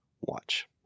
Watch